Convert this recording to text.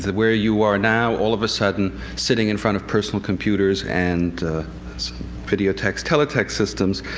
where you are now, all of a sudden, sitting in front of personal computers and video text teletext systems,